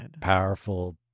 powerful